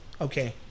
Okay